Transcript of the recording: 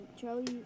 Charlie